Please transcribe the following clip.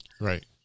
Right